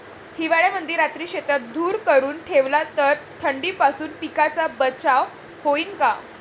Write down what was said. हिवाळ्यामंदी रात्री शेतात धुर करून ठेवला तर थंडीपासून पिकाचा बचाव होईन का?